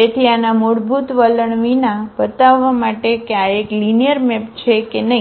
તેથી આના મૂળભૂત વલણ વિના બતાવવા માટે કે આ એક લિનિયર મેપ છે કે નહિ